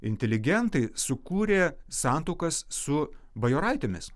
inteligentai sukūrė santuokas su bajoraitėmis